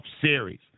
series